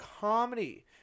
comedy